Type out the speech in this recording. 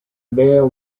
male